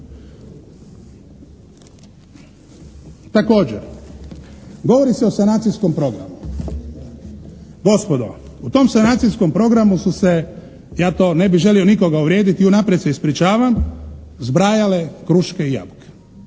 Također govori se o sanacijskom programu. Gospodo, u tom sanacijskom programu su se, ja to ne bi želio nikoga uvrijediti i unaprijed se ispričavam, zbrajale kruške i jabuke.